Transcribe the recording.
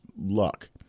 luck